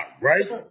right